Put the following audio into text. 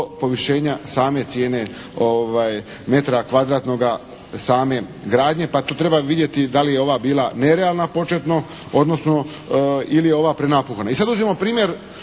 povišenja same cijene metra kvadratnoga same gradnje, pa tu treba vidjeti da li je ova bila nerealna početno, odnosno ili je ova prenapuhana.